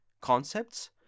concepts